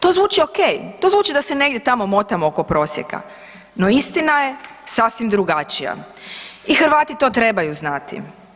To zvuči ok, to zvuči da se negdje tamo motamo oko prosjeka, no istina je sasvim drugačija i Hrvati to trebaju znati.